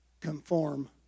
conform